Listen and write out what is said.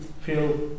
feel